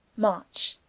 march.